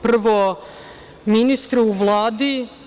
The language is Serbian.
Prvo ministru u Vladi.